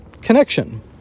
connection